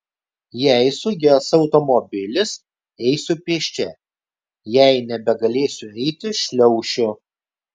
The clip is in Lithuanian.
jei suges automobilis eisiu pėsčia jei nebegalėsiu eiti šliaušiu